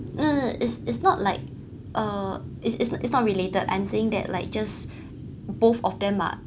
uh is is not like uh it's it's it's not related I'm saying that like just both of them are